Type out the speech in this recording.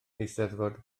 eisteddfod